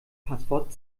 passwort